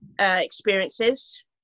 experiences